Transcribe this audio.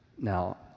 Now